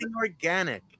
organic